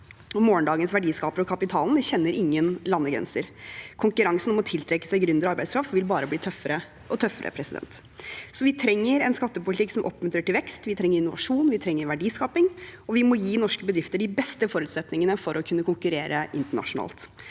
Morgendagens verdiskapere og kapitalen kjenner ingen landegrenser. Konkurransen om å tiltrekke seg gründere og arbeidskraft vil bare bli tøffere og tøffere, så vi trenger en skattepolitikk som oppmuntrer til vekst, vi trenger innovasjon, vi trenger verdiskaping, og vi må gi norske bedrifter de beste forutsetningene for å kunne konkurrere internasjonalt.